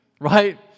Right